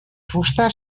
fusta